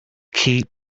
keep